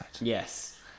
yes